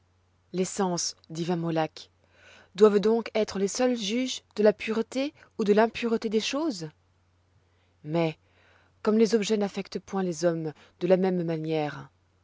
divin mollak doivent donc être les seuls juges de la pureté ou de l'impureté des choses mais comme les objets n'affectent point les hommes de la même manière